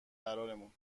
قرارمون